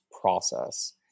process